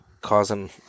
causing